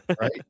Right